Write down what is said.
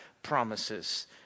promises